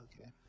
okay